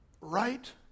right